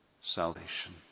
salvation